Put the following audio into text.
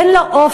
אין לו אופק,